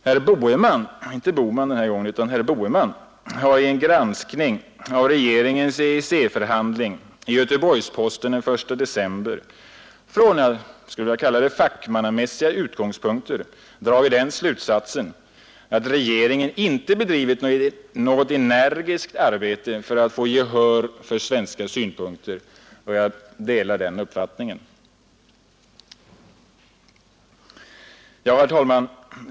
Herr Boheman — inte herr Bohman denna gång — har i en granskning i Göteborgs-Posten den 1 december av regeringens EEC-förhandling från fackmannamässiga utgångspunkter dragit den slutsatsen att regeringen inte har bedrivit något energiskt arbete för att få gehör för svenska synpunkter. Jag delar den uppfattningen. Ja, herr talman!